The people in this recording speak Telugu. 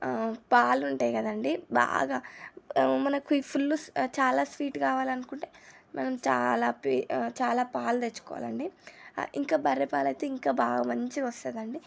పాలు ఉంటాయి కదండి బాగా మనకి ఫుల్ చాలా స్వీట్ కావాలి అనుకుంటే మనం చాలా పి చాలా పాలు తెచ్చుకోవాలండి ఇంకా బర్రె పాలైతే ఇంకా బాగా మంచిగా వస్తుంది అండి